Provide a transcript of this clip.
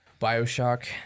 Bioshock